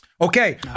Okay